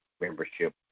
membership